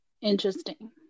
interesting